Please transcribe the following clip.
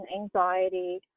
anxiety